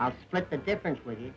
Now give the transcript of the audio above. i'll split the difference with you